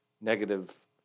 negative